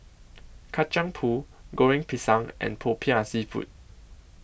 Kacang Pool Goreng Pisang and Popiah Seafood